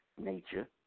nature